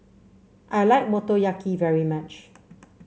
I like Motoyaki very much